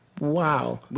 Wow